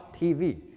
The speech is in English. TV